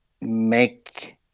make